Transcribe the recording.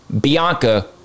Bianca